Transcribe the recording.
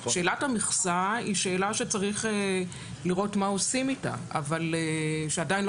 שאלת המכסה היא שאלה שצריך לראות מה עושים איתה ועדיין לא